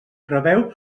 preveu